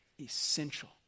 essential